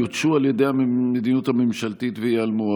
יותשו על ידי המדיניות הממשלתית וייעלמו.